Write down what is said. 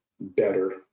better